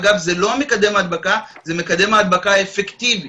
אגב, זה לא מקדם הדבקה, זה מקדם הדבקה האפקטיבי.